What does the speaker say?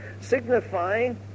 signifying